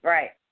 Right